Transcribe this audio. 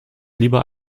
lieber